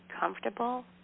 comfortable